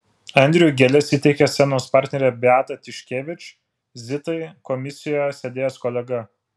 andriui gėles įteikė scenos partnerė beata tiškevič zitai komisijoje sėdėjęs kolega